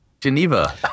Geneva